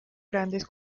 grandes